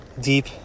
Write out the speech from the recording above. deep